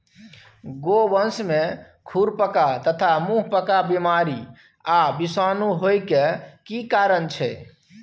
गोवंश में खुरपका तथा मुंहपका बीमारी आ विषाणु होय के की कारण छै?